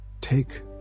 take